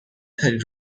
تری